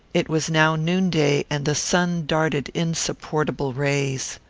it was now noonday, and the sun darted insupportable rays.